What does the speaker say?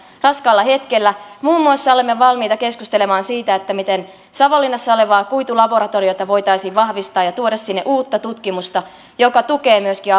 raskaalla hetkellä muun muassa olemme valmiita keskustelemaan siitä miten savonlinnassa olevaa kuitulaboratoriota voitaisiin vahvistaa ja tuoda sinne uutta tutkimusta joka tukee myöskin